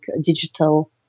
digital